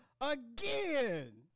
Again